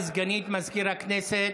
הודעה לסגנית מזכיר הכנסת.